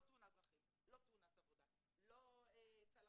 לא תאונת דרכים, לא תאונת עבודה, לא צלקות.